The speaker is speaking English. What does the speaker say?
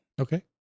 Okay